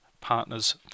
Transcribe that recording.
partner's